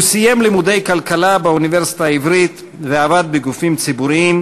הוא סיים לימודי כלכלה באוניברסיטה העברית ועבד בגופים ציבוריים,